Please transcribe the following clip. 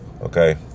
Okay